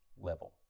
level